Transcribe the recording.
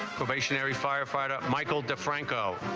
firefighter michael defranco